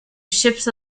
ships